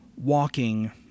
walking